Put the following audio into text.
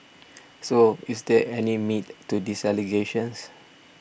so is there any meat to these allegations